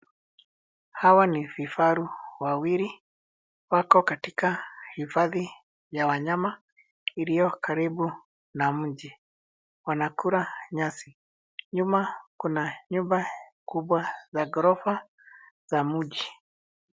Hawa ni vifaru wawili. Wako katika hifadhi ya wanyama iliyo karibu na mji. Wanakula nyasi. Nyuma kuna nyumba kubwa za ghorofa za mji.